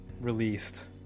released